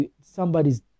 somebody's